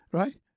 right